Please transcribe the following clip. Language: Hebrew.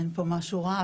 אין פה משהו רע,